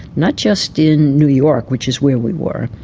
not just in new york, which is where we were,